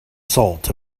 salt